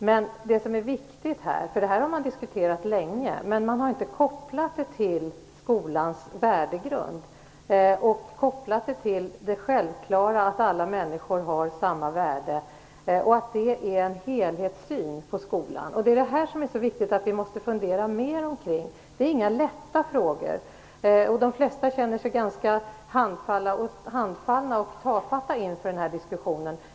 Men det som är viktigt i detta sammanhang - detta har man ju diskuterat länge - är att man inte har kopplat det till skolans värdegrund och kopplat det till det självklara att alla människor har samma värde och att det är en helhetssyn på skolan. Det är därför som det är så viktigt att vi funderar mer på detta. Det är inga lätta frågor, och de flesta känner sig ganska handfallna och tafatta inför denna diskussion.